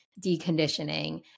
deconditioning